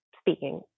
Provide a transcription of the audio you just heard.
speaking